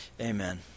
amen